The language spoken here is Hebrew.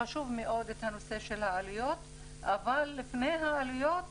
חשוב מאוד הנושא של העלויות אבל לפני העלויות